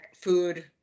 food